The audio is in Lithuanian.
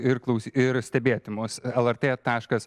ir klausyti ir stebėti mūsų lrt taškas